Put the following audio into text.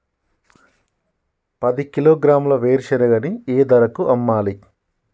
పది కిలోగ్రాముల వేరుశనగని ఏ ధరకు అమ్మాలి?